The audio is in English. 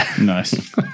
nice